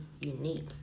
unique